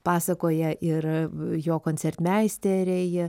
pasakoja ir jo koncertmeisteriai